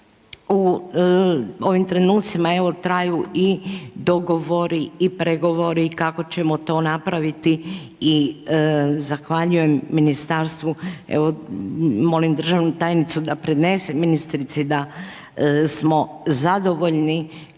U ovim trenucima, evo traju i dogovori i pregovori, kako ćemo to napraviti i zahvaljujem ministarstvu, evo molim državnu tajnicu da prenese ministrica i da smo zadovoljni